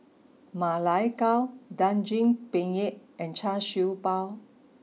Ma Lai Gao Daging Penyet and Char Siew Bao